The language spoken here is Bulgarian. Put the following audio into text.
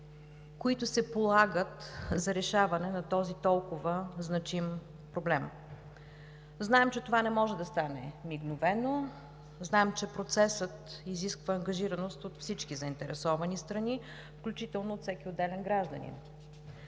които се полагат за решаване на този толкова значим проблем. Знаем, че това не може да стане мигновено. Знаем, че процесът изисква ангажираност от всички заинтересовани страни, включително от всеки отделен гражданин.